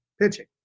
pitching